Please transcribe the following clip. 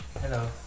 hello